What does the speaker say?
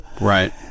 Right